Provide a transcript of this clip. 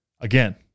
Again